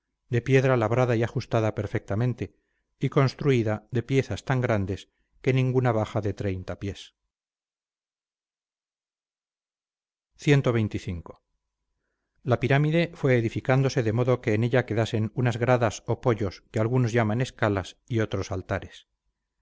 de piedra labrada y ajustada perfectamente y construida de piezas tan grandes que ninguna baja de pies cxxv la pirámide fue edificándose de modo que en ella quedasen unas gradas o poyos que algunos llaman escalas y otros altares